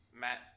Matt